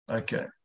Okay